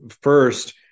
first